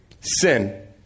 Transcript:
Sin